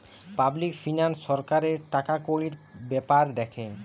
public finance সরকারের টাকাকড়ির বেপার দ্যাখে